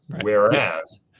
whereas